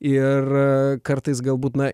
ir kartais galbūt na